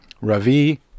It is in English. Ravi